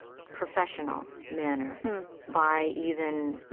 professional manner by even,